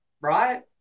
right